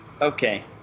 Okay